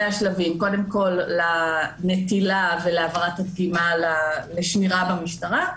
השלבים: קודם כל לנטילה ולהעברת הדגימה לשמירה במשטרה,